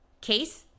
case